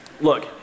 Look